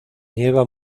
nieva